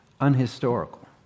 unhistorical